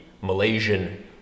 malaysian